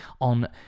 on